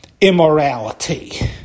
immorality